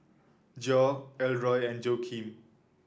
Geo Elroy and Joaquin